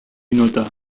nota